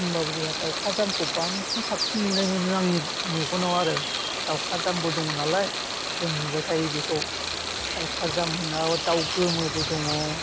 होमब्लाबो जोंहा दाउखाजानखौ बांसिन साबसिन नुनाय मोनो आंनि मेगनाव आरो दाउखाजानबो दं नालाय जों नुबाय थायो बेखौ दाउखाजान होनो दाउ गोमोबो दङ